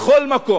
בכל מקום,